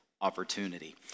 opportunity